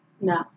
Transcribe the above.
No